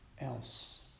else